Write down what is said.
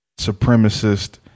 supremacist